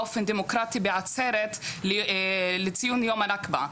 באופן דמוקרטי בעצרת לציון יום הנכבה.